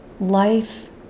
life